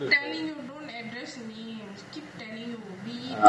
keep telling you don't address me keep telling you really